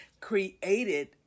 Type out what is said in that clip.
created